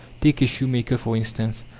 take a shoemaker, for instance.